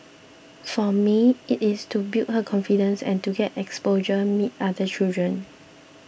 for me it is to build her confidence and to get exposure meet other children